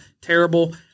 Terrible